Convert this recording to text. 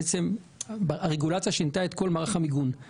בעצם הרגולציה שינתה את כל מערך המיגון.